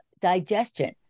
digestion